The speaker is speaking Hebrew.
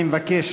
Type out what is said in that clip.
אני מבקש